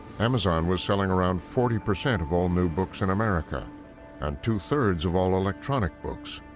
amazon was selling around forty percent of all new books in america and two-thirds of all electronic books,